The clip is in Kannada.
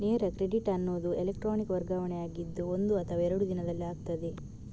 ನೇರ ಕ್ರೆಡಿಟ್ ಅನ್ನುದು ಎಲೆಕ್ಟ್ರಾನಿಕ್ ವರ್ಗಾವಣೆ ಆಗಿದ್ದು ಒಂದು ಅಥವಾ ಎರಡು ದಿನದಲ್ಲಿ ಆಗ್ತದೆ